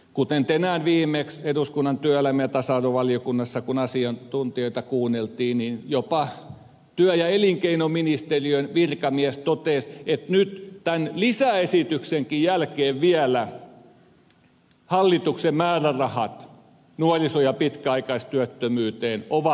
ja tänään viimeksi työelämä ja tasa arvovaliokunnassa kun asiantuntijoita kuunneltiin jopa työ ja elinkeinoministeriön virkamies totesi että nyt tämän lisäesityksenkin jälkeen vielä hallituksen määrärahat nuoriso ja pitkäaikaistyöttömyyteen ovat alimitoitetut